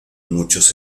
muchos